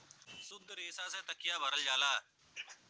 सुद्ध रेसा से तकिया भरल जाला